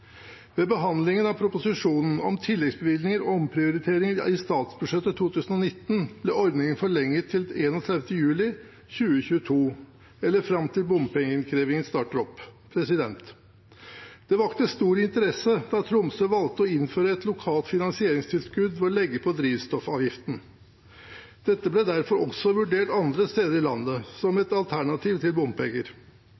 Ved behandlingen av proposisjonen om tilleggsbevilgninger og omprioriteringer i statsbudsjettet for 2019 ble ordningen forlenget til 31. juli 2022, eller fram til bompengeinnkrevingen starter opp. Det vakte stor interesse da Tromsø valgte å innføre et lokalt finansieringstilskudd ved å legge på drivstoffavgiften. Dette ble derfor også vurdert andre steder i landet som